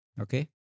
Okay